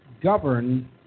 govern